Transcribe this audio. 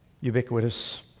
ubiquitous